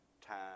Time